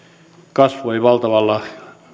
kasvoi valtavalla